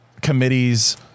committee's